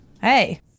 Hey